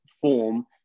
form